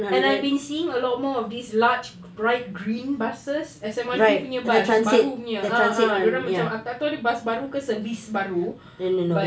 and I've been seeing a lot more of this large bright green buses S_M_R_T punya bus baru punya ah ah dia orang macam tak tahu ni bus baru ke service baru but